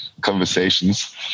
conversations